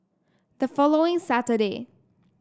the following Saturday